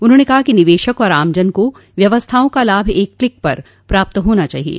उन्होंने कहा कि निवेशक और आमजन को व्यवस्थाओं का लाभ एक क्लिक पर प्राप्त होना चाहिये